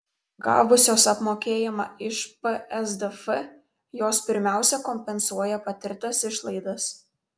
gavusios apmokėjimą iš psdf jos pirmiausia kompensuoja patirtas išlaidas